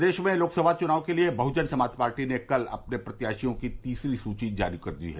प्रदेश में लोकसभा चुनाव के लिये बह्जन समाज पार्टी ने कल अपने प्रत्याशियों की तीसरी सूची जारी कर दी है